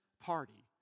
party